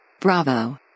Bravo